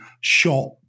shot